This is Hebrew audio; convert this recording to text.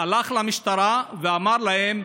הלך למשטרה ואמר להם: